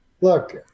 look